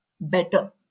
better